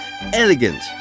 elegant